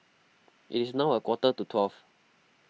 it is now a quarter to twelve